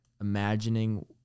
imagining